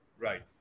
right